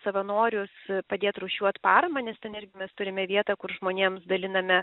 čia savanorius padėt rūšiuot paramą nes ten irgi mes turime vietą kur žmonėms daliname